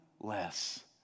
less